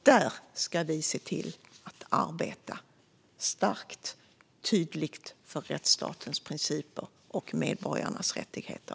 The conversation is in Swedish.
Där ska vi se till att arbeta starkt och tydligt för rättsstatens principer och medborgarnas rättigheter.